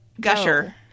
gusher